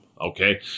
Okay